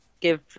give